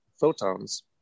photons